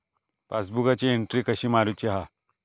पासबुकाची एन्ट्री कशी मारुची हा?